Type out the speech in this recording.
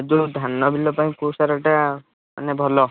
ଯୋଉ ଧାନ ବିଲ ପାଇଁ କୋଉ ସାରଟା ମାନେ ଭଲ